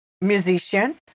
musician